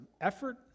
effort